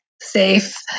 safe